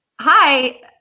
Hi